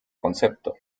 concepto